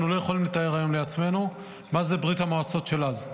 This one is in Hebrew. אנחנו לא יכולים לתאר היום לעצמנו מה זה ברית המועצות של אז.